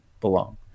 belong